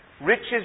Riches